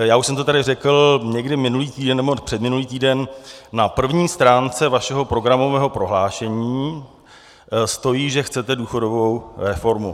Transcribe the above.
Já už jsem to tady řekl někdy minulý nebo předminulý týden: Na první stránce vašeho programového prohlášení stojí, že chcete důchodovou reformu.